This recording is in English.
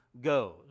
goes